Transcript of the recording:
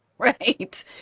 Right